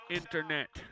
internet